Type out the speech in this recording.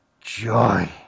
joy